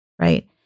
right